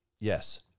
Yes